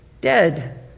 dead